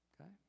Okay